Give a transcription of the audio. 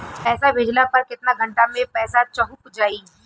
पैसा भेजला पर केतना घंटा मे पैसा चहुंप जाई?